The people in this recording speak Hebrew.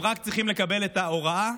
והם רק צריכים לקבל את ההוראה,